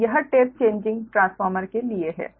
तो यह tape changing transformer के लिए है